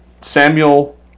Samuel